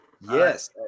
Yes